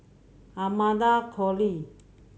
Amanda Koe Lee